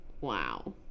Wow